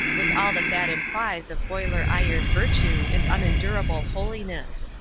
with all that that implies of boiler-iron virtue and unendurable holiness.